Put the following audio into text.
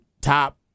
top